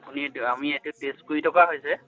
আপুনি এইট আমি এইটো টেষ্ট কৰি থকা হৈছে